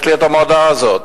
יש לי את המודעה הזאת.